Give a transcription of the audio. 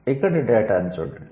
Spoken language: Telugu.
ఇక్కడ డేటాను చూడండి